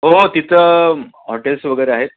हो हो तिथं हॉटेल्स वगैरे आहेत